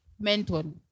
mental